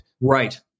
Right